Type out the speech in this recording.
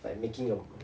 by making your